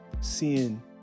seeing